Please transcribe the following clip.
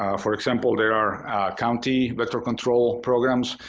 um for example, there are county vector control programs.